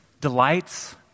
delights